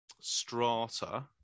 strata